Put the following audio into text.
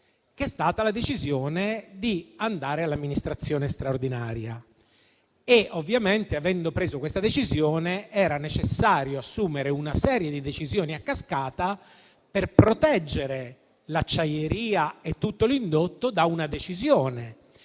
che è stata quella di andare all'amministrazione straordinaria. Ovviamente, avendo preso quella decisione, era necessario assumere una serie di decisioni a cascata per proteggere l'acciaieria e tutto l'indotto da quella decisione.